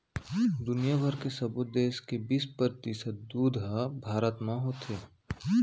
दुनिया भर के सबो देस के बीस परतिसत दूद ह भारत म होथे